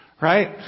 Right